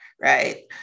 right